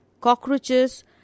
cockroaches